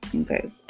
Okay